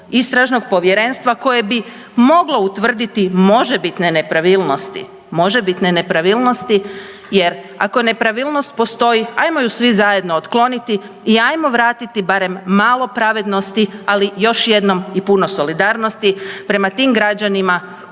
Istražnog povjerenstva koje bi moglo utvrditi možebitne nepravilnosti, možebitne nepravilnosti jer ako nepravilnost postoji hajmo ju svi zajedno otkloniti i hajmo vratiti barem malo pravednosti ali još jednom i puno solidarnosti prema tim građanima koji